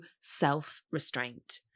self-restraint